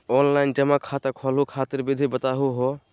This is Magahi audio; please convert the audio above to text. ऑनलाइन जमा खाता खोलहु खातिर विधि बताहु हो?